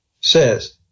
says